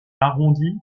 arrondie